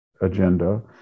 agenda